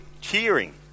cheering